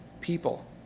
people